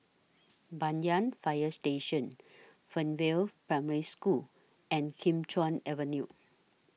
Banyan Fire Station Fernvale Primary School and Kim Chuan Avenue